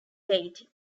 deity